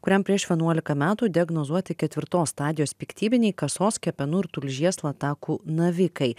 kuriam prieš vienuolika metų diagnozuoti ketvirtos stadijos piktybiniai kasos kepenų ir tulžies latakų navikai